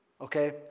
Okay